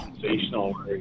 sensational